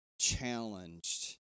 challenged